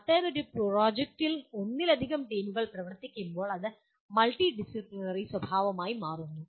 അത്തരമൊരു പ്രോജക്റ്റിൽ ഒന്നിലധികം ടീമുകൾ പ്രവർത്തിക്കുമ്പോൾ അത് മൾട്ടി ഡിസിപ്ലിനറി സ്വഭാവമായി മാറുന്നു